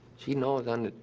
she knows, on